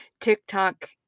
TikTok